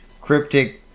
cryptic